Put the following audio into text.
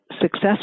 success